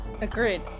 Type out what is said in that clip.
Agreed